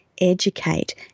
educate